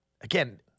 again